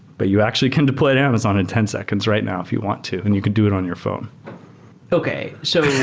but you actually can deploy to amazon in ten seconds right now if you want to and you could do it on your phone okay. so